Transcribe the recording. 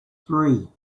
three